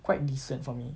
quite decent for me